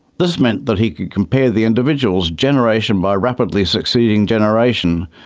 this meant that he could compare the individuals generation by rapidly succeeding generation,